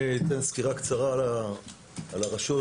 אני אתן סקירה קצרה על פעילות הרשות